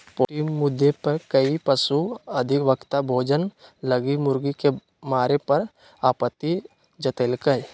poultry मुद्दे में कई पशु अधिवक्ता भोजन लगी मुर्गी के मारे पर आपत्ति जतैल्कय